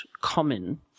common